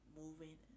moving